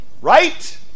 Right